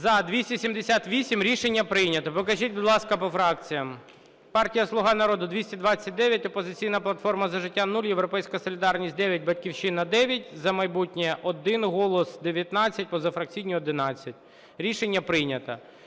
За-278 Рішення прийнято. Покажіть, будь ласка, по фракціям. Партія "Слуга народу" – 229, "Опозиційна платформа – За життя" – 0, "Європейська солідарність" – 9, "Батьківщина" – 9, "За майбутнє" – 1, "Голос" – 19, позафракційні – 11. Рішення прийнято.